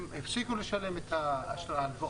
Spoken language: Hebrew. הם הפסיקו לשלם את ההלוואות,